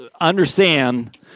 understand